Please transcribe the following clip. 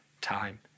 time